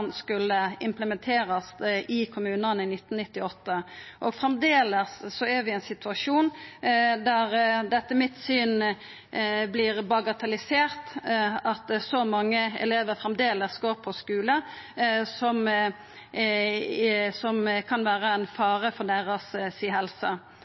skulle implementerast i kommunane, i 1998, og framleis er vi i ein situasjon der det etter mitt syn vert bagatellisert at så mange elevar går på skular som kan vera ein